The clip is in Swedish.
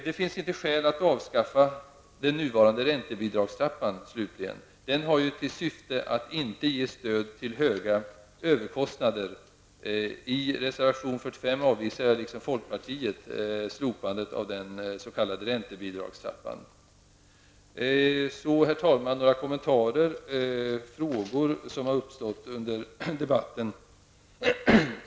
Det finns slutligen inte skäl att avskaffa den nuvarande räntebidragstrappan. Den har ju till syfte att inte ge stöd till höga överkostnader. I reservation 45 avvisar jag liksom folkpartiet slopandet av den s.k. räntebidragstrappan. Så, herr talman, några kommentarer till frågor som hittills har tagits upp under debatten.